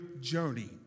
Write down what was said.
journey